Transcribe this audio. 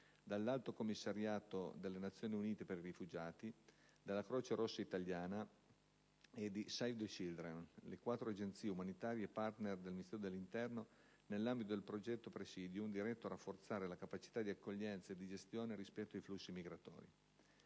dell'Alto commissariato delle Nazioni Unite per i rifugiati, della Croce rossa italiana e di "Save the children": le quattro agenzie umanitarie *partner* del Ministero dell'interno nell'ambito del progetto «Praesidium», diretto a rafforzare la capacità di accoglienza e di gestione rispetto ai flussi migratori.